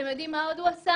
אתם יודעים מה עוד הוא עשה?